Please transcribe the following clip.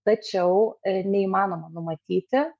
tačiau neįmanoma numatyti